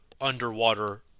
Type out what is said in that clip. underwater